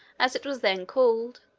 as it was then called,